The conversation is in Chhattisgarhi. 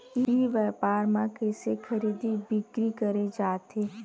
ई व्यापार म कइसे खरीदी बिक्री करे जाथे?